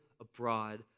abroad